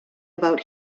about